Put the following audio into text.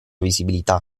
visibilità